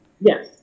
Yes